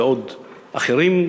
ועוד אחרים,